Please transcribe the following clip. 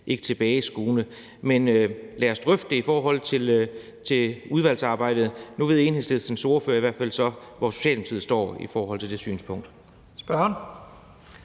ikke tilbageskuende. Men lad os drøfte det i udvalgsarbejdet. Nu ved Enhedslistens ordfører i hvert fald så, hvor Socialdemokratiet står i forhold til det synspunkt.